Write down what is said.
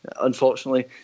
unfortunately